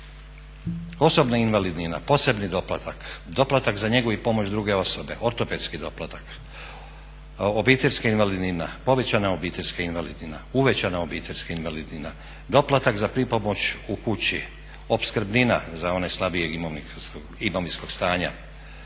Osobna invalidnina, posebni doplatak, doplatak za njegu i pomoć druge osobe, ortopedski doplatak, obiteljske invalidnina, povećana obiteljska invalidnina, uvećana obiteljska invalidnina, doplatak za pripomoć u kući, opskrbnina za one slabijeg imovinskog stanja,